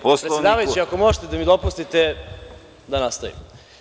Predsedavajući, ako možete da mi dopustite, da nastavim.